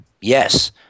Yes